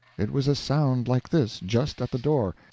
it was a sound like this just at the door